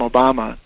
Obama